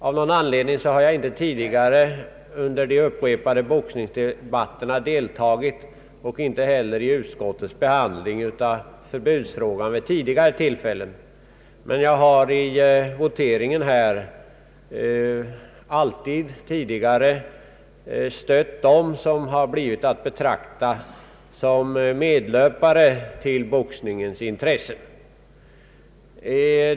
Av någon anledning har jag inte tidigare deltagit i de upprepade boxningsdebatterna och inte heller i utskottets behandling av förbudsfrågan, men jag har vid voteringarna alltid stött dem som har blivit betraktade som medlöpare till boxningens intressen.